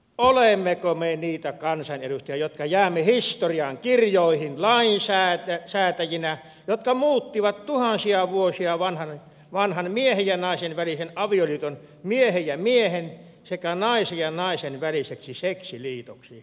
olemmeko me niitä kansanedustajia jotka jäämme historian kirjoihin lainsäätäjinä jotka muuttivat tuhansia vuosia vanhan miehen ja naisen välisen avioliiton miehen ja miehen sekä naisen ja naisen väliseksi seksiliitoksi